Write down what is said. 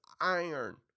iron